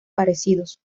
parecidos